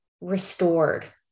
restored